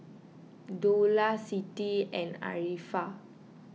Dollah Siti and Arifa